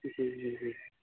جی جی جی